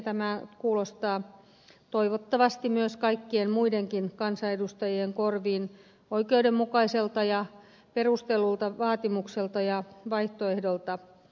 tämä kuulostaa toivottavasti myös kaikkien muidenkin kansanedustajien korviin oikeudenmukaiselta ja perustellulta vaatimukselta ja vaihtoehdolta